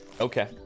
Okay